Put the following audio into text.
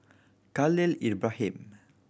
Khalil Ibrahim